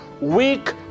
weak